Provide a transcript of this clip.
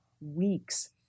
weeks